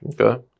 Okay